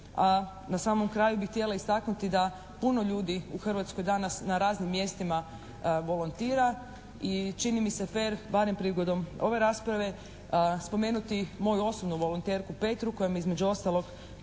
na samom kraju bih htjela istaknuti da puno ljudi u Hrvatskoj danas na raznim mjestima volontira i čini mi se fer barem prigodom ove rasprave spomenuti moju osobnu volonterku Petru koja mi je između ostalog